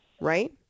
right